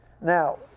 Now